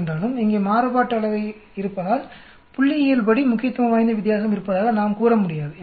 என்றாலும் இங்கே மாறுபாட்டு அளவை இருப்பதால் புள்ளியியல்படி முக்கியத்துவம் வாய்ந்த வித்தியாசம் இருப்பதாக நாம் கூற முடியாது